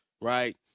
right